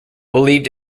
believed